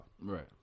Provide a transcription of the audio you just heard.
Right